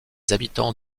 habitants